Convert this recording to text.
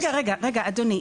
רגע רגע אדוני.